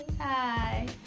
Hi